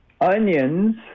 Onions